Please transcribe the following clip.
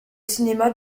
cinéma